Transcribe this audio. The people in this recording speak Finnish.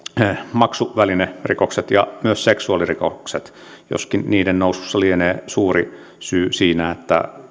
maksuvälinerikokset ja myös seksuaalirikokset joskin niiden nousussa lienee suuri syy siinä että